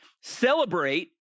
Celebrate